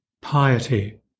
Piety